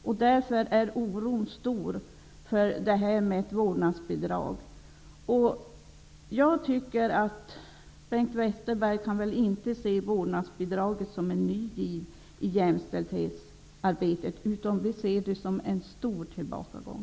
Således är oron stor över det här med ett vårdnadsbidrag. Bengt Westerberg kan väl inte se vårdnadsbidraget som en ny giv i jämställdhetsarbetet. Vi ser vårdnadsbidraget som en stor tillbakagång.